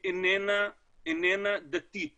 היא איננה דתית